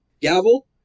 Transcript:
Gavel